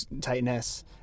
tightness